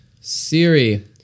Siri